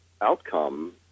outcome